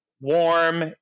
warm